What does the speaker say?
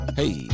hey